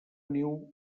niu